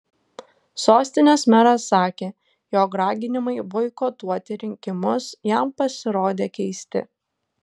sostinės meras sakė jog raginimai boikotuoti rinkimus jam pasirodė keisti